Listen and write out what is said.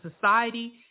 society